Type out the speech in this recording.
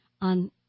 on